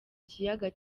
kiyaga